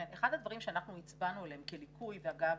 אחד הדברים שאנחנו הצבענו עליהם כליקוי ואגב,